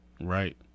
right